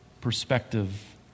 perspective